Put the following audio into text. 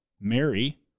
Mary